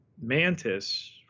mantis